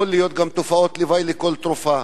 יכולות להיות תופעות לוואי לכל תרופה.